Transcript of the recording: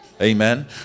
amen